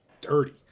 dirty